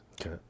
Okay